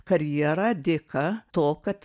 karjerą dėka to kad